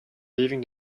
leaving